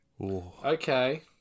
Okay